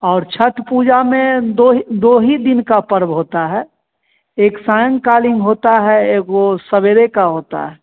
और छठ पूजा में दो ही दो ही दिन का पर्व होता है एक सायंकालीन होता है एगो सवेरे का होता है